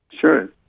Sure